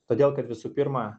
todėl kad visų pirma